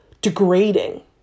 degrading